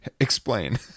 Explain